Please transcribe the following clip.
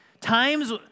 times